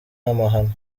amahano